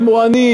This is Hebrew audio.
אם הוא עני,